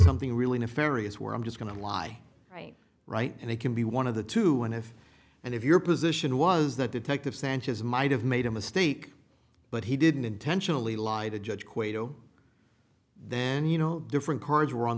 something really nefarious where i'm just going to lie right right and they can be one of the two and if and if your position was that detective sanchez might have made a mistake but he didn't intentionally lie the judge kwaito then you know different cards were on